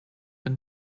been